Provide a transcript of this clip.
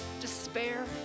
despair